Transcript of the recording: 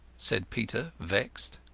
said peter, vexed.